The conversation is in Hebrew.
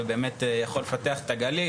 זה יכול לפתח את הגליל,